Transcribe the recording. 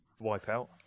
Wipeout